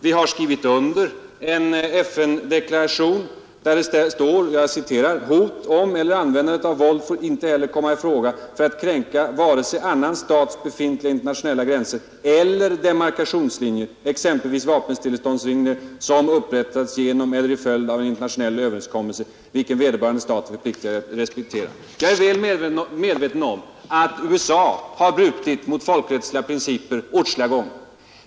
Vi har skrivit under en FN-deklaration där det står: ”Hot om eller användandet av våld får inte heller komma i fråga för att kränka vare sig annan stats befintliga internationella gränser eller demarkationslinjer, exempelvis vapenstilleståndslinjer som upprättats genom eller till följd av en internationell överenskommelse vilken vederbörande stat är förpliktigad att respektera.” Jag är väl medveten om att USA har brutit mot folkrättsliga principer åtskilliga gånger.